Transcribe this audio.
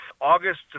August